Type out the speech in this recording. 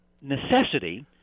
necessity